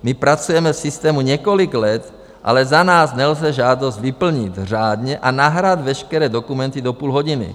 My pracujeme v systému několik let, ale za nás nelze žádost vyplnit řádně a nahrát veškeré dokumenty do půl hodiny.